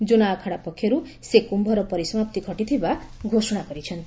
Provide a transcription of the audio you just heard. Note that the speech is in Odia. ଜୁନାଆଖଡା ପକ୍ଷରୁ ସେ କୁୟର ପରିସମାପ୍ତି ଘଟିଥିବା ଘୋଷଣା କରିଛନ୍ତି